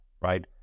right